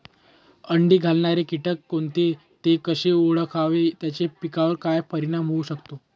अंडी घालणारे किटक कोणते, ते कसे ओळखावे त्याचा पिकावर काय परिणाम होऊ शकतो?